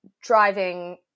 driving